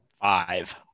Five